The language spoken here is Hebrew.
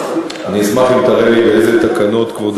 אתה יכול לעשות את זה בחקיקה שלך,